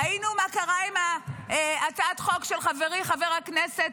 ראינו מה קרה עם הצעת החוק של חברי חבר הכנסת